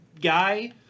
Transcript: guy